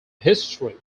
history